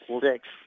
Six